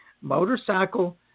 motorcycle